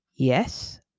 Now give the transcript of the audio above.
Yes